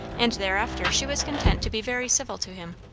and thereafter she was content to be very civil to him.